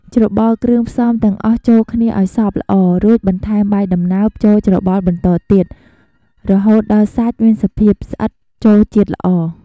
ច្របល់គ្រឿងផ្សំទាំងអស់ចូលគ្នាឱ្យសព្វល្អ រួចបន្ថែម បាយដំណើប ចូលច្របល់បន្តទៀត ហូតដល់សាច់មានសភាពស្អិតចូលជាតិល្អ។